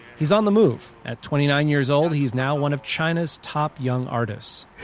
he's on the move. at twenty nine years old, he's now one of china's top young artists.